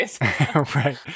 Right